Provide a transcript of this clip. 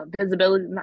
visibility